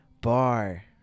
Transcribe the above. bar